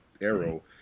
Arrow